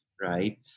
Right